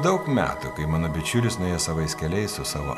daug metų kai mano bičiulis nuėjo savais keliais su savo